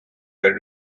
were